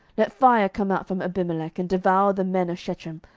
let fire come out from abimelech, and devour the men of shechem,